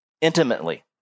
intimately